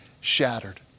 shattered